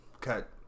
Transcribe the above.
cut